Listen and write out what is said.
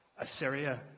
Assyria